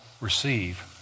receive